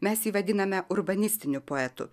mes jį vadiname urbanistiniu poetu